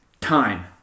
time